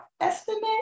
estimate